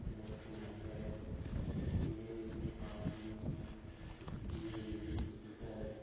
N S two hundred एवं T V S अपि च सुजुकि जिक्सर्